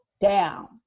down